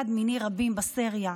אחד מני רבים בסריה,